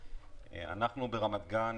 אנחנו ברמת-גן